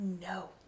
No